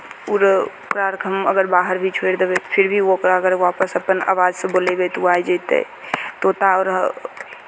उड़ ओकरा अरकेँ हम अगर बाहर भी छोड़ि देबै फेर भी ओकरा अगर वापस अपन आवाजसँ बोलयबै तऽ ओ आइ जयतै तऽ तोता अर